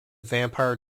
vampire